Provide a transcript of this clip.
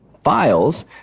files